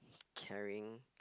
carrying